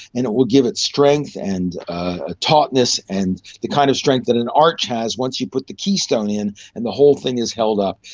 and it will give it strength and a tautness and the kind of strength that an arch has once you put the keystone in and the whole thing is held up.